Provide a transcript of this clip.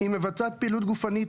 היא מבצעת פעילות גופנית,